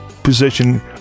position